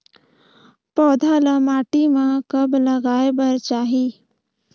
पौधा ल माटी म कब लगाए बर चाही?